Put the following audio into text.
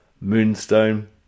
moonstone